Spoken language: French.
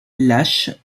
lâche